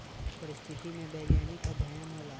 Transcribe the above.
पारिस्थितिकी में वैज्ञानिक अध्ययन होला